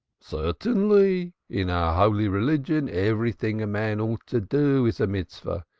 certainly. in our holy religion everything a man ought to do is a mitzvah,